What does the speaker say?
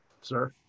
sir